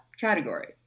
category